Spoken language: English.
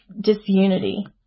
disunity